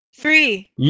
Three